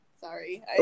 Sorry